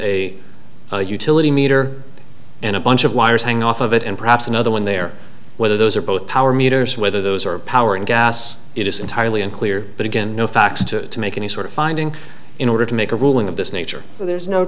is a utility meter and a bunch of wires hanging off of it and perhaps another one there whether those are both power meters whether those are power and gas it is entirely unclear but again no facts to make any sort of finding in order to make a ruling of this nature there's no